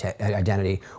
identity